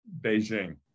Beijing